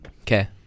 Okay